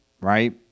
right